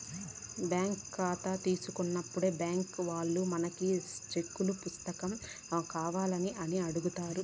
bank కాతా తీసుకున్నప్పుడే బ్యాంకీ వాల్లు మనకి సెక్కుల పుస్తకం కావాల్నా అని అడుగుతారు